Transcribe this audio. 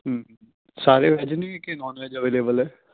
ਹਮ ਸਾਰੇ ਵੇਜ ਨੇ ਕਿ ਨੋਨ ਵੇਜ ਅਵੇਲੇਬਲ ਹੈ